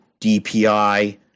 DPI